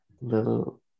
little